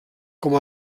com